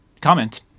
comment